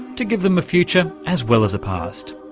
to give them a future as well as a past.